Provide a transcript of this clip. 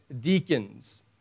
deacons